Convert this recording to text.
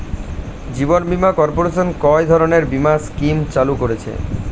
জীবন বীমা কর্পোরেশন কয় ধরনের বীমা স্কিম চালু করেছে?